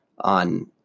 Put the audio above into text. on